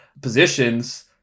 positions